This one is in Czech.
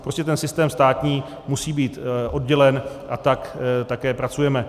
Prostě ten systém státní musí být oddělen a tak také pracujeme.